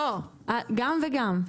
לא, גם וגם.